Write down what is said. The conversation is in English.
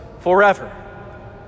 forever